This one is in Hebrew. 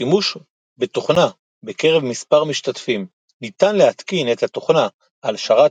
שימוש בתוכנה בקרב מספר משתתפים – ניתן להתקין את התוכנה על שרת